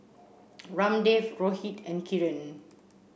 Ramdev Rohit and Kiran